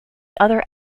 other